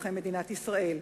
אזרחי מדינת ישראל.